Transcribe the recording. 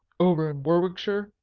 over in warwickshire?